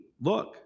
look